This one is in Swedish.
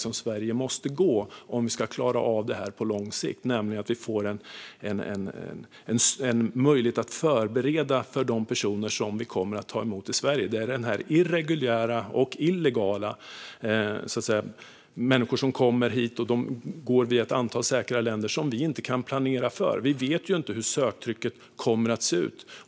Om Sverige ska klara av detta på lång sikt måste vi få en möjlighet att förbereda för dem vi ska ta emot. De som kommer irreguljärt och illegalt via ett antal säkra länder kan vi inte planera för eftersom vi inte vet hur söktrycket kommer att se ut.